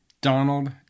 Donald